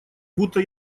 будто